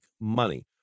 money